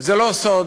זה לא סוד: